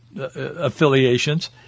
affiliations—